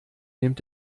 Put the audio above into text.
nimmt